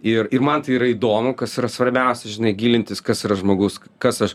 ir ir man tai yra įdomu kas yra svarbiausia žinai gilintis kas yra žmogus kas aš